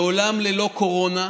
בעולם ללא קורונה,